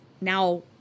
now